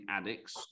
Addicts